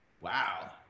wow